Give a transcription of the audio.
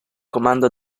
comando